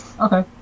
Okay